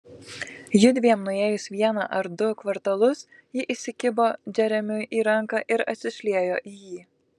jiedviem nuėjus vieną ar du kvartalus ji įsikibo džeremiui į ranką ir atsišliejo į jį